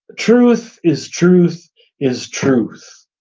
truth is truth is truth.